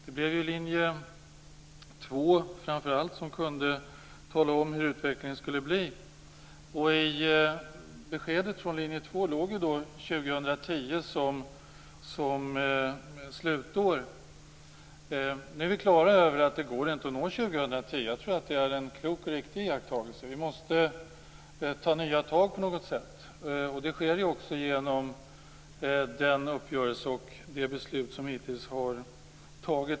Det blev framför allt linje 2 som skulle tala om hur utvecklingen skulle bli. Och i beskedet från linje 2 låg ju 2010 som slutår. Nu är vi klara över att det inte går att nå 2010. Jag tror att det är en klok och riktig iakttagelse. Vi måste ta nya tag på något sätt. Det sker också genom den uppgörelse som vi har gjort och de beslut som vi hittills har fattat.